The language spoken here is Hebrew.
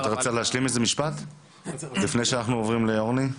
אתה רוצה להשלים משפט לפני שאנחנו עוברים לאורני?